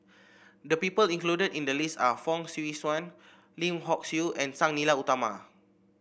the people included in the list are Fong Swee Suan Lim Hock Siew and Sang Nila Utama